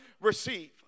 receive